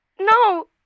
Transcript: No